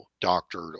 doctored